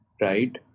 right